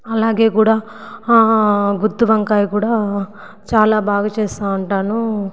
అలాగే కూడా గుత్తి వంకాయ కూడా చాలా బాగా చేస్తా ఉంటాను